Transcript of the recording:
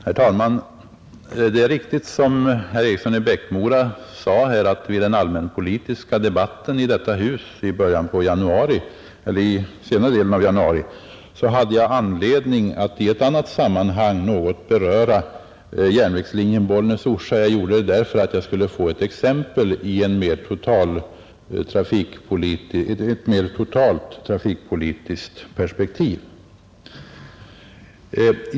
Herr talman! Det är riktigt, som herr Eriksson i Bäckmora sade, att jag vid den allmänpolitiska debatten i detta hus under senare delen av januari hade anledning att i ett annat sammanhang något beröra järnvägslinjen Bollnäs—Orsa som ett exempel i ett mera totalt trafikpolitiskt perspektiv.